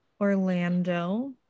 Orlando